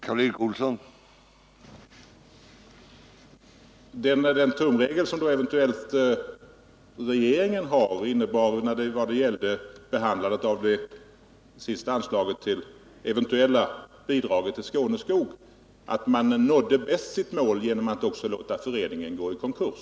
Herr talman! Var den tumregel som regeringen hade när det gällde att behandla det senaste eventuella bidraget till Skåneskog att man nådde sitt mål bäst genom att låta föreningen gå i konkurs?